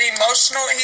emotional